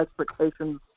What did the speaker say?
expectations